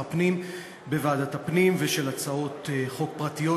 הפנים בוועדת הפנים ושל הצעות חוק פרטיות,